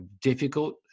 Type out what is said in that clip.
difficult